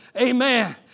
Amen